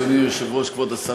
כבוד השר,